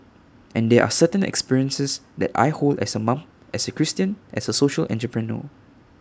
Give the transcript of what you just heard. and there are certain experiences that I hold as A mom as A Christian as A social entrepreneur